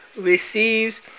receives